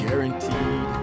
Guaranteed